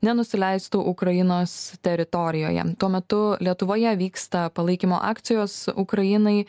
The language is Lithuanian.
nenusileistų ukrainos teritorijoje tuo metu lietuvoje vyksta palaikymo akcijos ukrainai